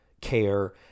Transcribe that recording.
care